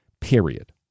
period